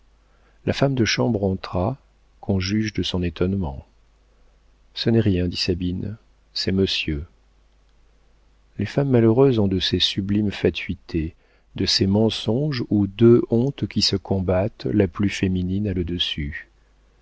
la femme de chambre entra qu'on juge de son étonnement ce n'est rien dit sabine c'est monsieur les femmes malheureuses ont de ces sublimes fatuités de ces mensonges où de deux hontes qui se combattent la plus féminine a le dessus